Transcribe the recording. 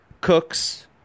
cooks